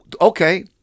okay